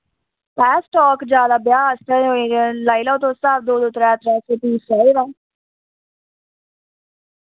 तै स्टाक ज्यादा ब्याह् आस्तै लाई लाओ तुस स्हाब दो दो त्रै त्रै ते चाहिदा